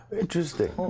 Interesting